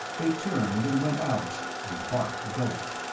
they turned and went out and bart gulped.